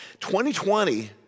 2020